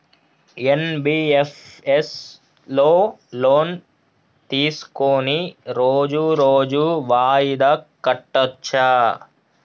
NBFS లో loan తీస్కొని రోజు రోజు వాయిదా కట్టచ్ఛా?